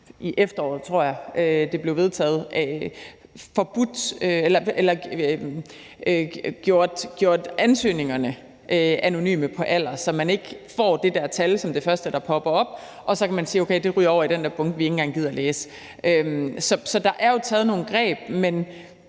i efteråret tror jeg det blev vedtaget, gjort ansøgningerne anonyme i forhold til alder, så man ikke får det der tal som det første, der popper op, hvor man så kan sige, at det ryger over i den der bunke med ansøgninger, vi ikke engang gider at læse. Så der er jo taget nogle greb, men